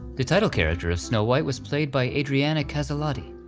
the title character of snow white was played by adriana caselotti.